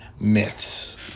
myths